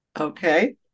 Okay